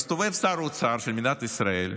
הסתובב שר האוצר של מדינת ישראל,